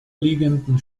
liegenden